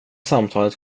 samtalet